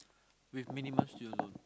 with minimum student loan